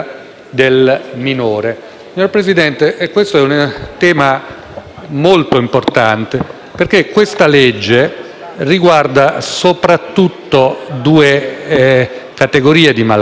molto importante, perché questo disegno di legge riguarda soprattutto due categorie di malati: da una parte, quelli che sono colpiti da malattie degenerative